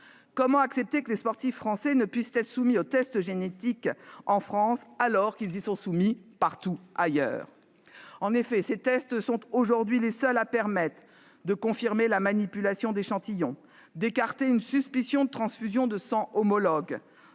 comment accepter que les sportifs français ne puissent pas être soumis aux tests génétiques en France alors qu'ils y sont soumis partout ailleurs ? En effet, ces tests sont aujourd'hui les seuls à permettre de confirmer la manipulation d'échantillons, d'écarter une suspicion de transfusion de sang homologue,